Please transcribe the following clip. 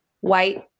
white